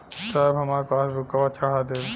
साहब हमार पासबुकवा चढ़ा देब?